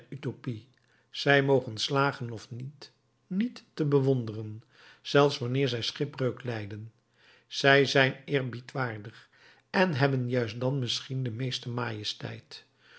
utopie zij mogen slagen of niet niet te bewonderen zelfs wanneer zij schipbreuk lijden zijn zij eerbiedwaardig en hebben juist dan misschien de meeste majesteit